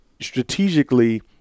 strategically